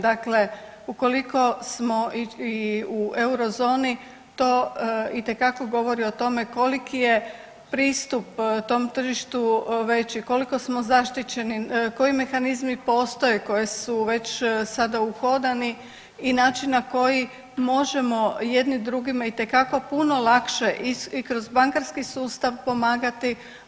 Dakle, ukoliko smo i u eurozoni to itekako govori o tome koliki je pristup tržištu veći, koliko smo zaštićeni, koji mehanizmi postoje koji su sad već uhodani i način na koji možemo jedni drugima itekako puno lakše i kroz bankarski sustav pomagati.